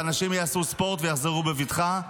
ואנשים יעשו ספורט ויחזרו בבטחה.